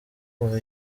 kuva